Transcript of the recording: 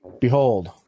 Behold